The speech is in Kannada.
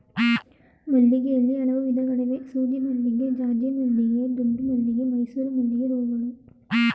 ಮಲ್ಲಿಗೆಯಲ್ಲಿ ಹಲವು ವಿಧಗಳಿವೆ ಸೂಜಿಮಲ್ಲಿಗೆ ಜಾಜಿಮಲ್ಲಿಗೆ ದುಂಡುಮಲ್ಲಿಗೆ ಮೈಸೂರು ಮಲ್ಲಿಗೆಹೂಗಳು